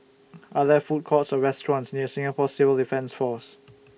Are There Food Courts Or restaurants near Singapore Civil Defence Force